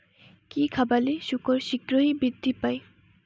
কি খাবালে শুকর শিঘ্রই বৃদ্ধি পায়?